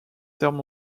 terme